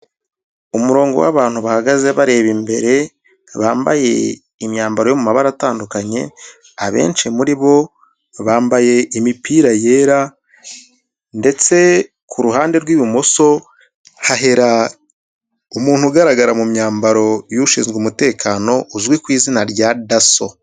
Umurongo w'abantu bahagaze bareba imbere, bambaye imyambaro yo mu mabara atandukanye, abenshi muri bo bambaye imipira yera ndetse ku ruhande rw'ibumoso, hahera umuntu ugaragara mu myambaro y'ushinzwe umutekano uzwi ku izina rya DASSO.